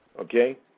okay